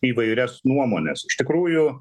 įvairias nuomones iš tikrųjų